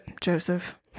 joseph